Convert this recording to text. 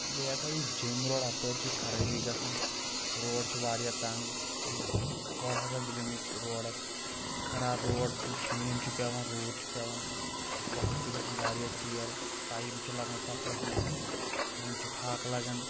بیٚیہِ ہسا یہِ جٔٮ۪مۍ روڈ اپٲرۍ چھِ خرابی گژھان روڈ چھُ واریاہ تنٛگ یہ زٕ کھۄڑ ہسا چھِ گٔمٕتۍ روڈس خراب روڈ چھُ شیٖن چھُ پٮ۪وان روٗد چھُ پٮ۪وان وقت چھُ گژھان واریاہ ژیر ٹایِم چھُ لگان سفرس منٛز مٔنٛزۍ چھُ پھاکہٕ لگان